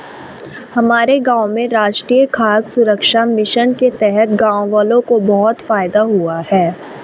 हमारे गांव में राष्ट्रीय खाद्य सुरक्षा मिशन के तहत गांववालों को बहुत फायदा हुआ है